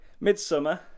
midsummer